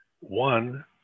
one